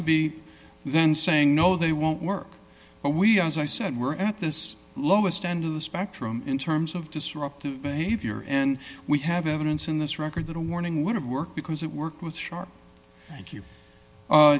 to be then saying no they won't work but we are as i said we're at this lowest end of the spectrum in terms of disruptive behavior and we have evidence in this record that a warning would have worked because it worked with sharp